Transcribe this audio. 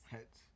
Heads